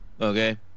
Okay